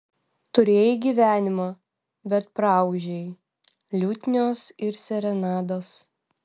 turėjai gyvenimą bet praūžei liutnios ir serenados